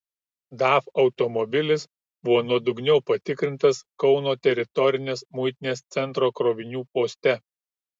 daf automobilis buvo nuodugniau patikrintas kauno teritorinės muitinės centro krovinių poste